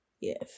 Yes